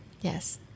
Yes